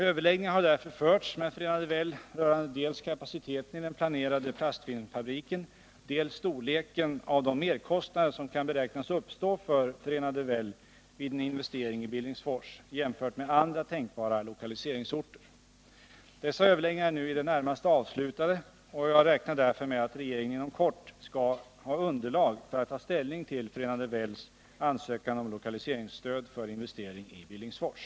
Överläggningar har därför förts med Förenade Well rörande dels kapaciteten i den planerade plastfilmsfabriken, dels storleken av de merkostnader som kan beräknas uppstå för Förenade Well vid en investering i Billingsfors jämfört med andra tänkbara lokaliseringsorter. Dessa överläggningar är nu i det närmaste avslutade, och jag räknar därför med att regeringen inom kort skall ha underlag för att ta ställning till Förenade Wells ansökan om lokaliseringsstöd för investering i Billingsfors.